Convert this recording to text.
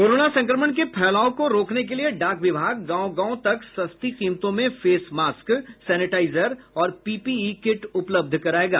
corona संक्रमण के फैलाव को रोकने के लिए डाक विभाग गांव गांव तक सस्ती कीमतों में फेस मास्क सैनेटाईजर और पीपीई कीट उपलब्ध करायेगा